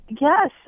Yes